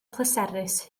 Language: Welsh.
pleserus